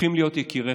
הופכים להיות יקיריך,